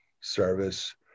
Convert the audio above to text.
service